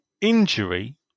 injury